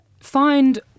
find